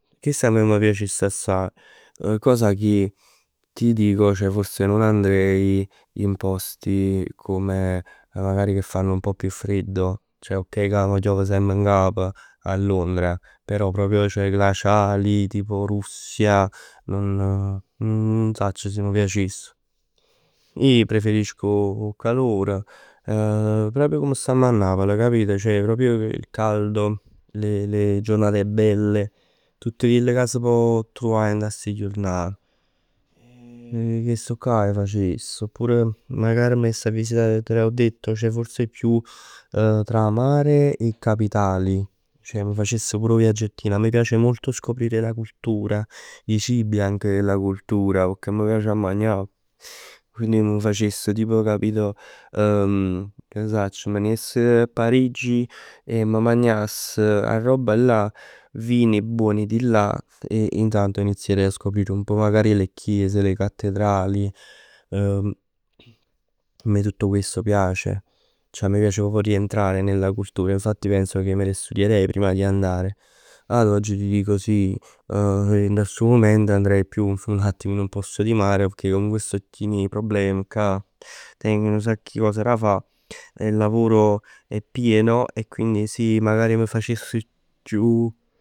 Chest a me m' piacess assaje. Cosa che ti dico, ceh forse non andrei in posti come, magari che fanno un pò più freddo. Ceh ok che m' chiov semp ngap a Londra, però proprio glaciali. Tipo Russia. Nun sacc se m' piacess. Ij preferisco 'o calore, proprio come stamm 'a Napl capito. Ceh proprio il caldo, le giornate belle. Tutt chell ca s' pò truvà dint 'a sti jurnat. Chestu'ccà facess. Magari m' jess a visità, te l'ho detto, ceh forse chiù tra mare e capitali. Ceh m' facess pur 'o viaggettino. A me m' piace molto scoprire la cultura. I cibi anche della cultura, pecchè a me m' piace a magnà. Quindi m' facess tipo capito, che ne sacc. Me ne jess a Parigi e m' magnass 'a roba là, vini buoni di là e intanto inizierei a scoprire un pò le chiese, le cattedrali. A me tutto questo piace, a me piace proprio rientrare nella cultura. Infatti penso che me le studierei prima di andare. Ad oggi ti dico sì dint 'a stu mument andrei più su un attimino un posto di mare perchè sto chin 'e problem cà. Teng nu sacc 'e cose da fa. Il lavoro è pieno. E quindi sì magari m' facess chiù